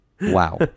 Wow